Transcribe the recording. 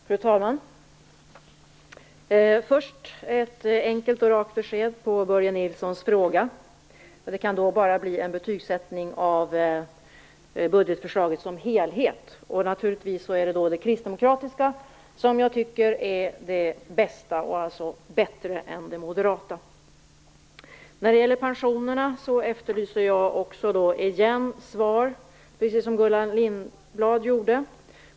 Fru talman! Först ett enkelt och rakt besked med anledning av Börje Nilssons fråga. Det kan då bara handla om en betygsättning av budgetförslaget som helhet. Naturligtvis tycker jag att det kristdemokratiska förslaget är bäst. Det är alltså bättre än det moderata förslaget. När det gäller pensionerna efterlyser jag återigen ett svar, precis som Gullan Lindblad gjorde.